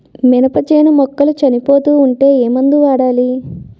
మినప చేను మొక్కలు చనిపోతూ ఉంటే ఏమందు వాడాలి?